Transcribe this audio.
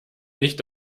nicht